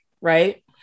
right